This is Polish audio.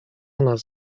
nas